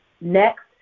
Next